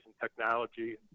technology